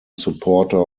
supporter